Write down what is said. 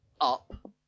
up